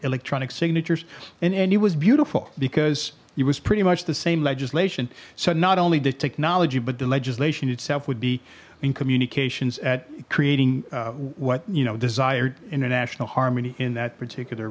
electronic signatures and and it was beautiful because it was pretty much the same legislation so not only the technology but the legislation itself would be in communications creating what you know desired international harmony in that particular